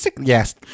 Yes